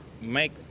make